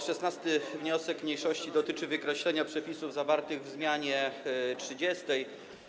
16. wniosek mniejszości dotyczy wykreślenia przepisów zawartych w zmianie 30.